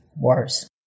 worse